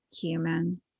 human